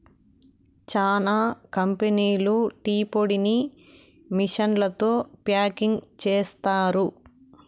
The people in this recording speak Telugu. చానా కంపెనీలు టీ పొడిని మిషన్లతో ప్యాకింగ్ చేస్తారు